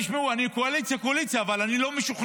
תשמעו, אני קואליציה-קואליציה, אבל אני לא משוכנע.